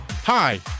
Hi